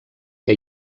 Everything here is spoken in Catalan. que